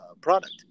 product